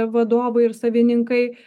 vadovai ir savininkai